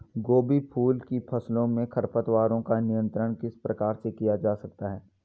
गोभी फूल की फसलों में खरपतवारों का नियंत्रण किस प्रकार किया जा सकता है?